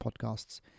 podcasts